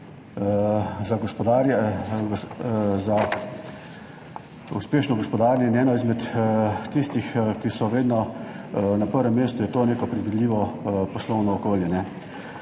za uspešno gospodarjenje. Eno izmed tistih, ki so vedno na prvem mestu je to neko predvidljivo poslovno okolje,